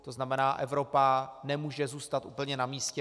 To znamená, Evropa nemůže zůstat úplně na místě.